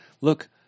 look